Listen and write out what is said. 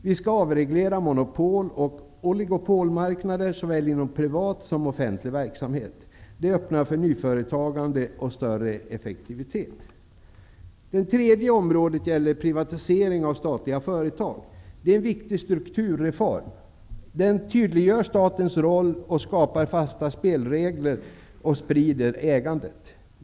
Vi skall avreglera monopoloch oligopolmarknader inom såväl privat som offentlig verksamhet. Detta öppnar för nyföretagande och större effektivitet. Det tredje området är privatisering av statliga företag. Detta är en viktig strukturreform. Den tydliggör statens roll, skapar fasta spelregler och sprider ägandet.